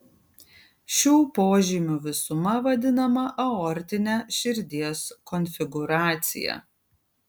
šių požymių visuma vadinama aortine širdies konfigūracija